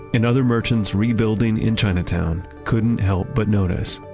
and other merchants rebuilding in chinatown couldn't help but notice